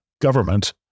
government